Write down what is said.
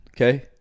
okay